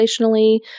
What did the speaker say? relationally